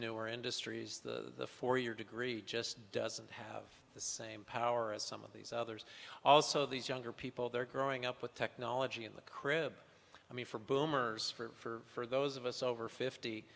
newer industries the four year degree just doesn't have the same power as some of these others also these younger people they're growing up with technology in the crib i mean for boomers for those of us over fifty